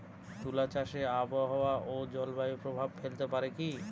তুলা চাষে আবহাওয়া ও জলবায়ু প্রভাব ফেলতে পারে কি?